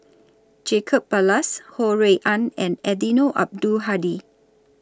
Jacob Ballas Ho Rui An and Eddino Abdul Hadi